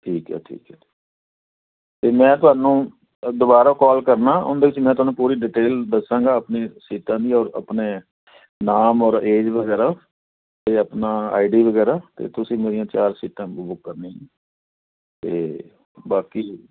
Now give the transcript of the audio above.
ਠੀਕ ਹੈ ਠੀਕ ਹੈ ਅਤੇ ਮੈਂ ਤੁਹਾਨੂੰ ਦੁਬਾਰਾ ਕਾਲ ਕਰਨਾ ਉਹਦੇ 'ਚ ਮੈਂ ਤੁਹਾਨੂੰ ਪੂਰੀ ਡਿਟੇਲ ਦੱਸਾਂਗਾ ਆਪਣੇ ਸੀਟਾਂ ਦੀ ਔਰ ਆਪਣੇ ਨਾਮ ਔਰ ਏਜ ਵਗੈਰਾ ਅਤੇ ਆਪਣਾ ਆਈ ਡੀ ਵਗੈਰਾ ਅਤੇ ਤੁਸੀਂ ਮੇਰੀਆਂ ਚਾਰ ਸੀਟਾਂ ਬੁੱਕ ਕਰਨੀਆਂ ਨੇ ਅਤੇ ਬਾਕੀ